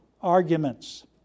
arguments